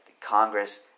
Congress